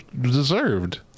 deserved